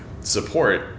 support